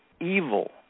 evil